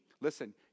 Listen